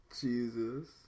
Jesus